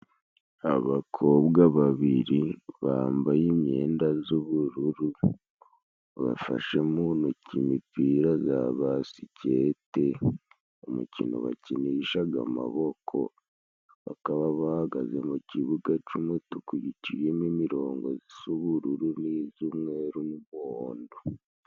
Abakobwa babiri bambaye imyenda z'ubururu bafashe mu ntoki imipira za basikete. Umukino bakinishaga amaboko bakaba bahagaze mu kibuga cy'umutuku, giciyemo imirongo z'ubururu n' iz'umweru n'umuhondo.